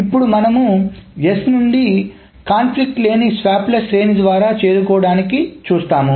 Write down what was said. ఇప్పుడు మనము S నుండి సంఘర్షణ లేని స్వాప్ల శ్రేణి ద్వారా చేరుకోవడాన్నిచూస్తాము